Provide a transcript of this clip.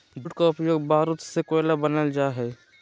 jute का उपयोग बारूद से कोयला बनाल जा हइ